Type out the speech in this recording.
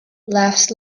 laughs